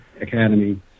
academy